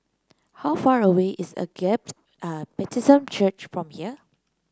how far away is Agape a Baptist Church from here